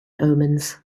omens